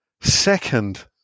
Second